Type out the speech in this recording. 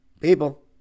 People